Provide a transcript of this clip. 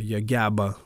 jie geba